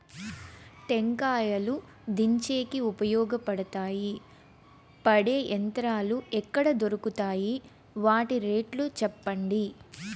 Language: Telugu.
టెంకాయలు దించేకి ఉపయోగపడతాయి పడే యంత్రాలు ఎక్కడ దొరుకుతాయి? వాటి రేట్లు చెప్పండి?